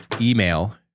email